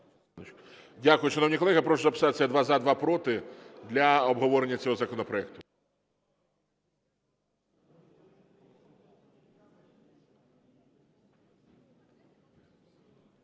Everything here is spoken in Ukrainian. Дякую. Шановні колеги, я прошу записатися: два – за, два – проти для обговорення цього законопроекту.